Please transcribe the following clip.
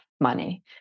money